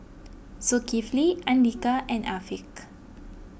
Zulkifli andika and Afiq